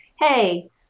hey